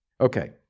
Okay